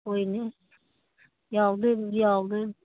ꯍꯣꯏꯅꯦ ꯌꯥꯎꯗꯣꯏꯅꯤ ꯌꯥꯎꯗꯣꯏꯅꯤ